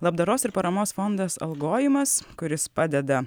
labdaros ir paramos fondas algojimas kuris padeda